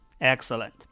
Excellent